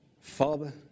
Father